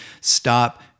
Stop